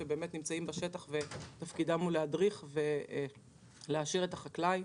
שנמצאים בשטח ותפקידם להדריך ולהעשיר את החקלאי.